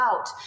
out